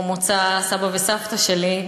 או המוצא של סבא וסבתא שלי,